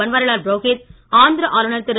பன்வாரிலால் புரோகித் ஆந்திர ஆளுநர் திரு